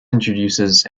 introduces